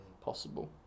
possible